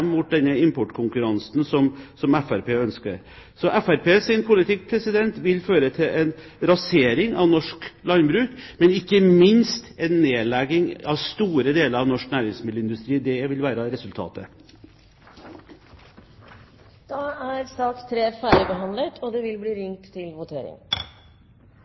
mot den importkonkurransen som Fremskrittspartiet ønsker. Så Fremskrittspartiets politikk vil føre til en rasering av norsk landbruk, ikke minst en nedlegging av store deler av norsk næringsmiddelindustri. Det vil være resultatet. Dermed er sak nr. 3 ferdigbehandlet. Stortinget går til votering i sakene nr. 1 og